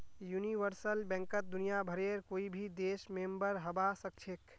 universal बैंकत दुनियाभरेर कोई भी देश मेंबर हबा सखछेख